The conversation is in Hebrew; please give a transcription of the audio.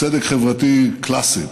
צדק חברתי קלאסי,